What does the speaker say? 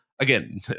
Again